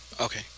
Okay